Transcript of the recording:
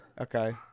Okay